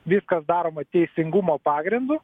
viskas daroma teisingumo pagrindu